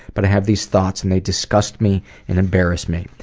but i have these thoughts, and they disgust me and embarrass me.